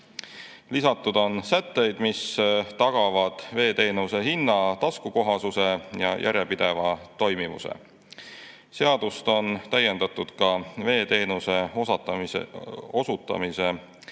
Lisatud on sätteid, mis tagavad veeteenuse hinna taskukohasuse ja teenuse järjepideva toimivuse. Seadust on täiendatud ka veeteenuse osutamise